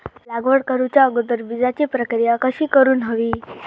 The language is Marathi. लागवड करूच्या अगोदर बिजाची प्रकिया कशी करून हवी?